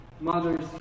mothers